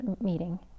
meeting